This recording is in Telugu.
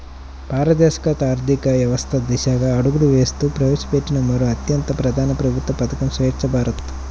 పారదర్శక ఆర్థిక వ్యవస్థ దిశగా అడుగులు వేస్తూ ప్రవేశపెట్టిన మరో అత్యంత ప్రధాన ప్రభుత్వ పథకం స్వఛ్చ భారత్